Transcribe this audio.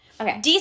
Okay